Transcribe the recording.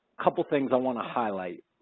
couple things i want to highlight.